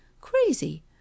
crazy